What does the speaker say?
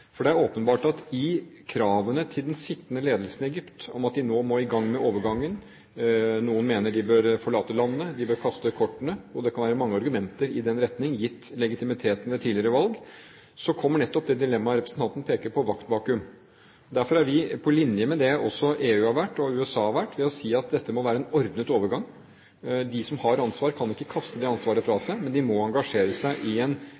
For det er åpenbart at når det gjelder kravene til den sittende ledelsen i Egypt om at de nå må i gang med overgangen – noen mener de bør forlate landet, de bør kaste kortene, og det kan være mange argumenter i den retning, gitt legitimiteten ved tidligere valg – så kommer nettopp det dilemmaet inn som representanten peker på, maktvakuum. Derfor er vi på linje også med EU og USA, ved å si at dette må være en ordnet overgang. De som har ansvar, kan ikke kaste det ansvaret fra seg, men de må engasjere seg i en